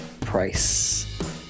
Price